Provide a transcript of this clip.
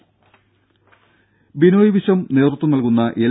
ദേഴ ബിനോയ് വിശ്വം നേതൃത്വം നൽകുന്ന എൽ